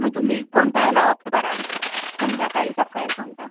मग तुम्ही कोणत्या याला ऑप्ट कराल संध्याकाळी सकाळी कोणता